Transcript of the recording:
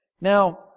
Now